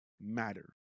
matter